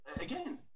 again